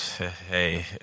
Hey